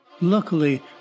Luckily